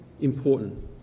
important